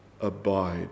abide